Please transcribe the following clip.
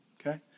okay